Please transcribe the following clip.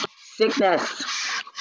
sickness